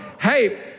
hey